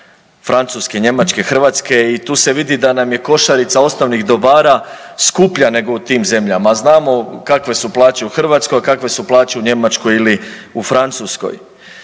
Francuske, Njemačke i Hrvatske i tu se vidi da nam je košarica osnovnih dobara skuplja nego u tim zemljama, a znamo kakve su plaće u Hrvatskoj, a kakve su plaće u Njemačkoj ili u Francuskoj.